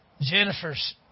Jennifer's